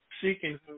seeking